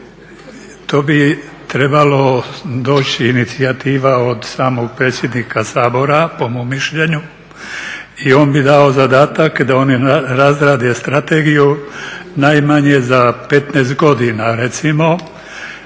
To bi trebalo doći inicijativa od samog predsjednika Sabora, po mom mišljenju, i on bi dao zadatak da oni razrade strategiju najmanje za 15 godina recimo.